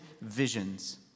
visions